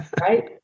right